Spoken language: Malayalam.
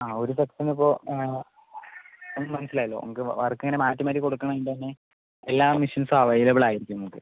ആ ഒരു സെക്ഷൻ ഇപ്പോൾ അത് മനസ്സിലായല്ലോ നമുക്ക് വർക്ക് ഇങ്ങനെ മാറ്റി മാറ്റി കൊടുക്കുന്നതിൻ്റെ തന്നെ എല്ലാ മെഷീൻസും അവൈലബിൾ ആയിരിക്കും നിങ്ങൾക്ക്